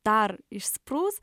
dar išsprūs